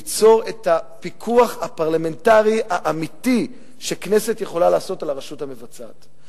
ליצור את הפיקוח הפרלמנטרי האמיתי שכנסת יכולה לעשות על הרשות המבצעת.